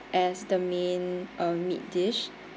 as the main uh meat dish